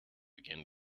began